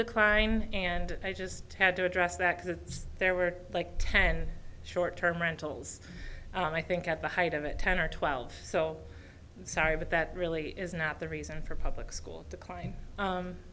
decline and i just had to address that because there were like ten short term rentals i think at the height of it ten or twelve so sorry but that really is not the reason for public schools declin